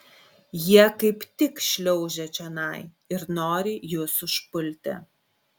jie kaip tik šliaužia čionai ir nori jus užpulti